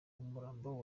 umurambo